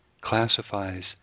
classifies